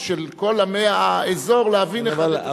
של כל עמי האזור להבין אחד את השני.